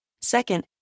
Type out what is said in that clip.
Second